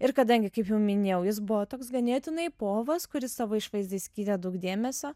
ir kadangi kaip jau minėjau jis buvo toks ganėtinai povas kuris savo išvaizdai skyrė daug dėmesio